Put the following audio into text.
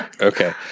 Okay